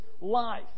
life